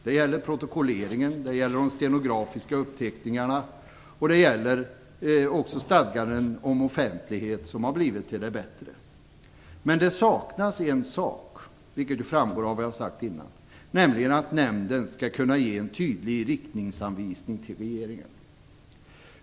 Det gäller protokolleringen, de stenografiska uppteckningarna och också stadganden om offentlighet, som blivit till det bättre. Men det saknas en sak, vilket framgår av det jag sagt tidigare, nämligen att nämnden skall kunna ge en tydlig riktningsanvisning till regeringen.